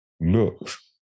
Looks